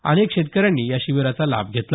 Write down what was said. अनेक शेतकऱ्यांनी या शिबिराचा लाभ घेतला